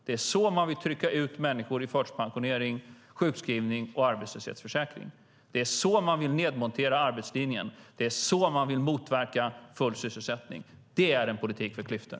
Det är så man vill trycka ut människor i förtidspensionering, sjukskrivning och arbetslöshet. Det är så man vill nedmontera arbetslinjen. Det är så man vill motverka full sysselsättning. Det är en politik för klyftor.